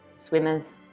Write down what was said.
swimmers